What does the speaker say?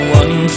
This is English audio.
one